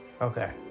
Okay